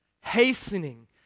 hastening